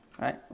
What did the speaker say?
right